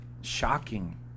shocking